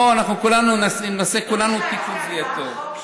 בואו, אם נעשה כולנו תיקון זה יהיה טוב.